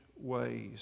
ways